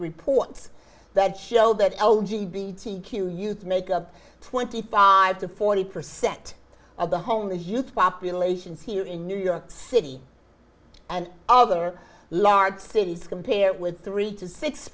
reports that show that l g b t q youth make up twenty five to forty percent of the home the youth populations here in new york city and other large cities compared with three to six